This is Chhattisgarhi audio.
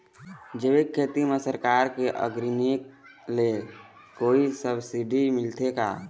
जैविक खेती म सरकार के ऑर्गेनिक ले कोई सब्सिडी मिलथे का?